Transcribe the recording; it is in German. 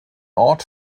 ort